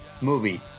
movie